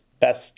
best